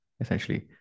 essentially